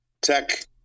Tech